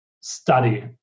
study